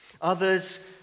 Others